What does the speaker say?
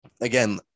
again